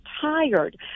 tired